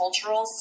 cultural